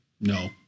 no